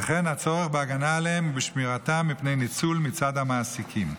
וכן הצורך בהגנה עליהם ובשמירתם מפני ניצול מצד המעסיקים.